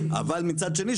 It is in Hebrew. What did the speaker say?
אבל מצד שני,